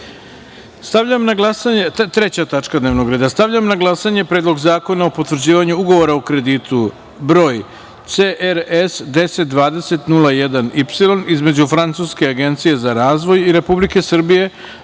tačka dnevnog reda - Stavljam na glasanje Predlog zakona o potvrđivanju Ugovora o kreditu br. CRS 1020 01 Y između Francuske Agencije za razvoj i Republike Srbije